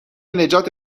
نجات